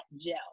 gel